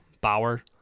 Bauer